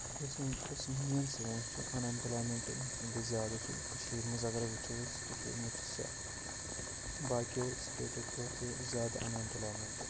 یۄس وٕنۍکٮ۪س میٛٲنۍ سونٛچ چھِ اَن اٮ۪مپٕلایمٮ۪نٛٹ یۄس وٕنۍکٮ۪س زیادٕ چھِ کٔشیٖرِ منٛز اَگرَے وٕچھو أسۍ کٔشیٖرِ منٛز چھِ سا باقِیو سٕٹیٹو کھۄتہٕ زیادٕ اَن اٮ۪مپٕلایمٮ۪نٛٹ